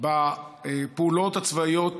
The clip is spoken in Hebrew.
בפעולות הצבאיות